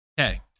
Okay